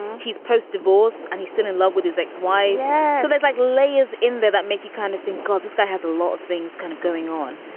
he's post-divorce and he's still in love with his ex wife. yeah so there's like layers in there that make you kind of think, ah this guy has a lot of things kind of going on.